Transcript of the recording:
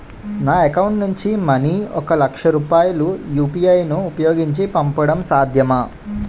నా అకౌంట్ నుంచి మనీ ఒక లక్ష రూపాయలు యు.పి.ఐ ను ఉపయోగించి పంపడం సాధ్యమా?